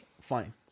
fine